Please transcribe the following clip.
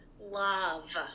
love